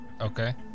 okay